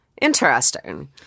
Interesting